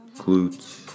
Glutes